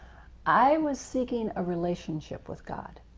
i was seeking a relationship with god,